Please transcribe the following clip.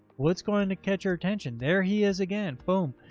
what's going to catch your attention? there he is again. boom.